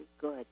good